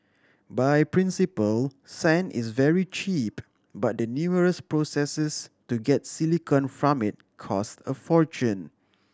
by principle sand is very cheap but the numerous processes to get silicon from it cost a fortune